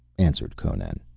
answered conan.